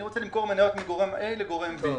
אני רוצה למכור מניות מגורם א' לגורם ב'.